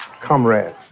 comrades